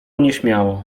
nieśmiało